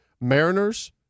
Mariners